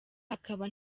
hakaba